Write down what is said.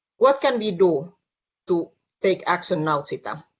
what can we do to take action now? zita